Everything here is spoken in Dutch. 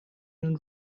hun